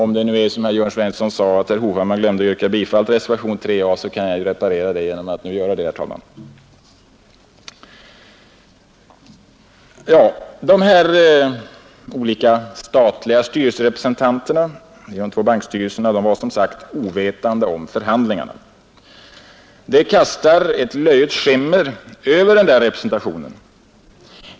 Om det är riktigt, som herr Jörn Svensson sade, att herr Hovhammar glömde att yrka bifall till reservation 3 a, kan jag ju reparera det genom att nu framställa det yrkandet, herr talman. De olika statliga representanterna i de två bankstyrelserna var som sagt ovetande om förhandlingarna. Det kastar ett löjets skimmer över denna representation.